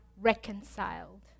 reconciled